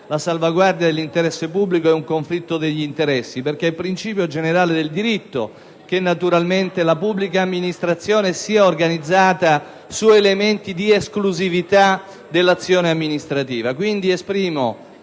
la salvaguardia dell'interesse pubblico e un eventuale conflitto degli interessi, perché è principio generale del diritto che la pubblica amministrazione sia organizzata su elementi di esclusività dell'azione amministrativa. Esprimo